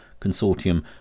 Consortium